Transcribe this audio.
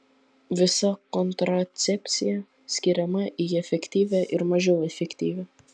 visa kontracepcija skiriama į efektyvią ir mažiau efektyvią